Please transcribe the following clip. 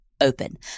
open